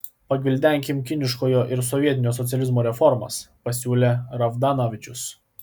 pagvildenkim kiniškojo ir sovietinio socializmo reformas pasiūlė ravdanavičius